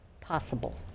possible